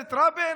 שממשלת רבין